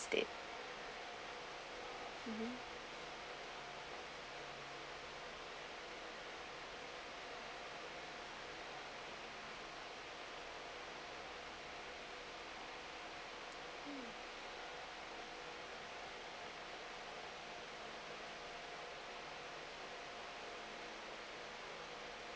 date